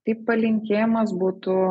tai palinkėjimas būtų